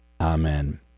Amen